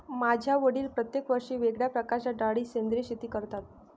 माझे वडील प्रत्येक वर्षी वेगळ्या प्रकारच्या डाळी सेंद्रिय शेती करतात